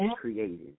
Created